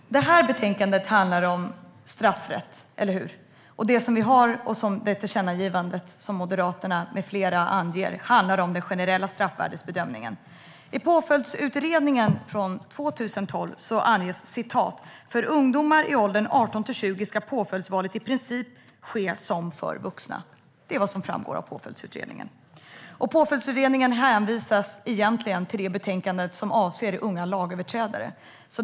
Herr talman! Det här betänkandet handlar om straffrätt, eller hur? Det som vi har och tillkännagivandet från Moderaterna med flera handlar om den generella straffvärdsbedömningen. I Påföljdsutredningen från 2012 anges: "För ungdomar i åldern 18-20 år ska påföljdsvalet i princip ske som för vuxna." Det är vad som framgår av Påföljdsutredningen. I Påföljdsutredningen hänvisas egentligen till det betänkande som avser unga lagöverträdare.